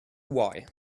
why